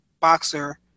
boxer